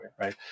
right